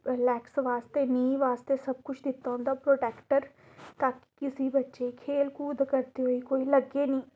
relax बास्तै नीह् बास्तै सब कुछ दित्ता उं'दा प्रोटैक्टर ताकि किसी बच्चे गी खेल कूद करदे होई कोई लग्गे नेईं